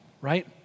right